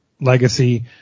legacy